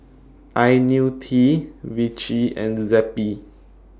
Ionil T Vichy and Zappy